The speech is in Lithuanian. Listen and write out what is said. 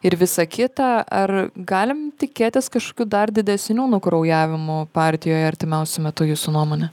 ir visa kita ar galim tikėtis kažkokių dar didesnių nukraujavimų partijoje artimiausiu metu jūsų nuomone